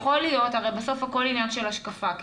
הרי בסוף הכול עניין של השקפה,